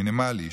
מינימלי,